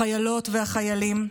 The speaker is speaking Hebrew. החיילות והחיילים,